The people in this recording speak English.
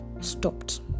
stopped